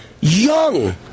young